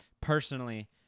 personally